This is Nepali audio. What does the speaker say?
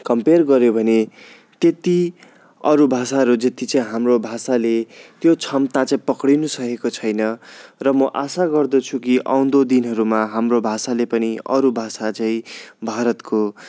कम्पेयर गऱ्यौँ भने त्यति अरू भाषाहरू जति चाहिँ हाम्रो भाषाले त्यो क्षमता चाहिँ पक्रिनु सकेको छैन र म आशा गर्दछु कि आउँदो दिनहरूमा हाम्रो भाषाले पनि अरू भाषा झैँ भारतको